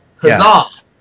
huzzah